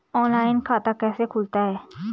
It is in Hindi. ऑनलाइन खाता कैसे खुलता है?